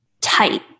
tight